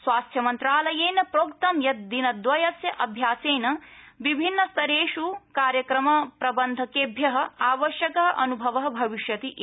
स्वास्थ्यमन्त्रालयेन प्रोक्तं यत् द्विनद्वयस्य अभ्यासेन विभिन्नस्तरेष् कार्यक्रमप्रबन्धकेभ्य आवश्यक अन्भव भविष्यति इति